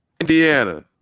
Indiana